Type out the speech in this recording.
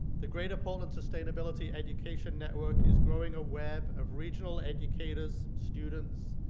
the greater portland sustainability education network is growing a web of regional educators, students,